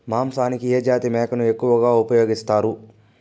మాంసానికి ఏ జాతి మేకను ఎక్కువగా ఉపయోగిస్తారు?